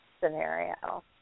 scenario